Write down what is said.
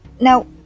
Now